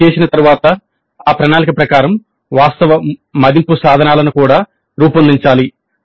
అది చేసిన తరువాత ఆ ప్రణాళిక ప్రకారం వాస్తవ మదింపు సాధనాలను కూడా రూపొందించాలి